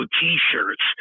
t-shirts